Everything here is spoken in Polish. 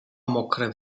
mokre